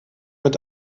mit